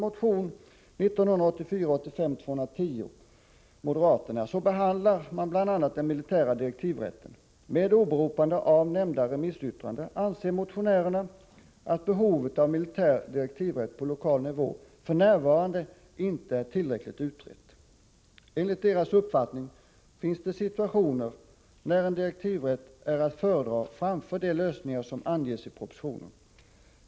Motion 1984/85:210 från moderaterna behandlar bl.a. den militära direktivrätten. Med åberopande av nämnda remissyttranden anser motionärerna att behovet av militär direktivrätt på lokal nivå f. n. inte är tillräckligt utrett. Enligt deras uppfattning finns det situationer när en direktivrätt är att föredra framför de lösningar som anges i propositionen.